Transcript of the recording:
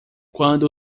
quando